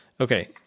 Okay